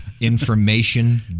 Information